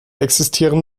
existieren